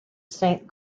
saint